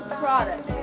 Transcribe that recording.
product